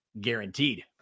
guaranteed